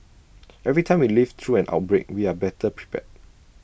every time we live through an outbreak we are better prepared